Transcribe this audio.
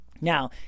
Now